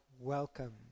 welcome